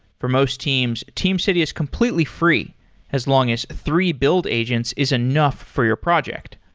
for most teams, teamccity is completely free as long as three build agents is enough for your project.